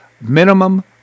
minimum